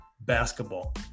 Basketball